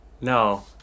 no